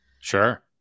Sure